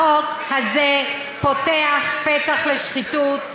החוק הזה פותח פתח לשחיתות,